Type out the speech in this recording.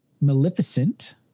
Maleficent